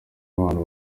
abantu